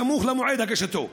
סמוך למועד הגשתו.